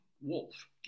Wolf